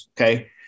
Okay